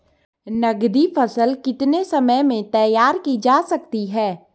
नगदी फसल कितने समय में तैयार की जा सकती है?